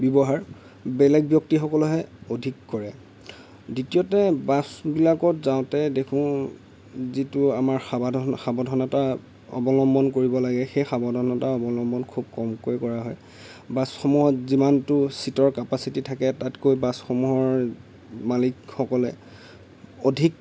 ব্যৱহাৰ বেলেগ ব্যক্তিসকলেহে অধিক কৰে দ্বিতীয়তে বাছবিলাকত যাওঁতে দেখোঁ যিটো আমাৰ সাৱধানতা অৱলম্বন কৰিব লাগে সেই সাৱধানতা অৱলম্বন খুব কমকৈ কৰা হয় বাছসমূহত যিমানটো চিটৰ কেপাচিটি থাকে তাতকৈ বাছসমূহৰ মালিকসকলে অধিক